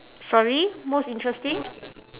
sorry most interesting